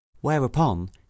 whereupon